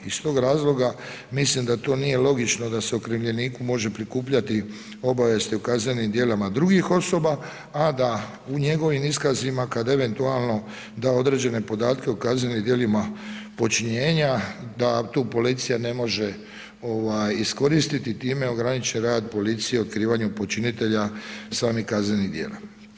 Iz tog razloga mislim da to nije logično da se o okrivljeniku može prikupljati obavijesti o kaznenim dijelima drugih osoba a da u njegovim iskazima kada eventualno da određene podatke u kaznenim djelima počinjenja da tu policija ne može iskoristiti i time ograničiti rad policije u otkrivanju počinitelja samih kaznenih djela.